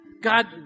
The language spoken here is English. God